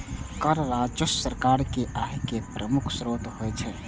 कर राजस्व सरकार के आय केर प्रमुख स्रोत होइ छै